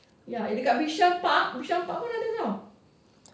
ya eh dekat bishan park bishan park pun ada [tau]